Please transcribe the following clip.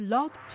Love